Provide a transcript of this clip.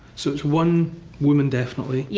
so, it's one woman definitely? yeah